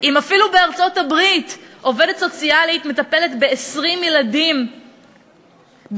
אם אפילו בארצות-הברית עובדת סוציאלית מטפלת ב-20 ילדים בסיכון,